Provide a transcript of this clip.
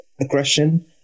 aggression